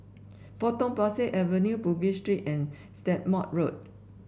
Potong Pasir Avenue Bugis Street and Stagmont Road